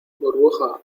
burbuja